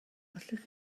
allech